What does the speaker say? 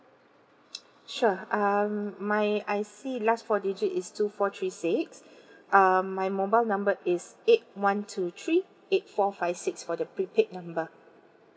sure um my I_C last four digit is two four three six um my mobile number is eight one two three eight four five six for the prepaid number